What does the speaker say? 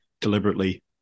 deliberately